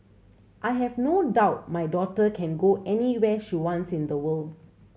I have no doubt my daughter can go anywhere she wants in the world